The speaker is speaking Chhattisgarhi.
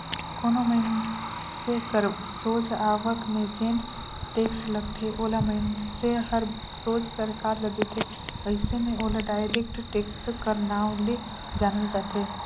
कोनो मइनसे कर सोझ आवक में जेन टेक्स लगथे ओला मइनसे हर सोझ सरकार ल देथे अइसे में ओला डायरेक्ट टेक्स कर नांव ले जानल जाथे